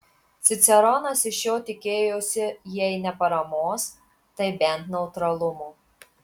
ciceronas iš jo tikėjosi jei ne paramos tai bent neutralumo